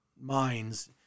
minds